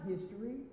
history